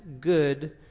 good